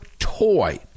toy